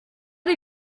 des